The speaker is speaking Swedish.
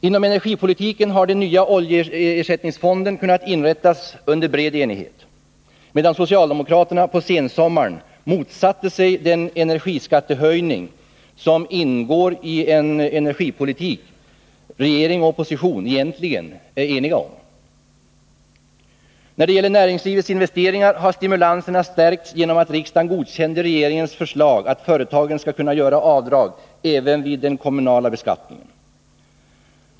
Inom energipolitiken har den nya oljeersättningsfonden kunnat inrättas under bred enighet, medan socialdemokraterna på sensommaren motsatte sig den energiskattehöjning som ingår i en energipolitik som regering och opposition egentligen är eniga om. När det gäller näringslivets investeringar har stimulanserna stärkts genom att riksdagen godkände regeringens förslag att företagen skall kunna göra avdrag även vid den kommunala beskattningen.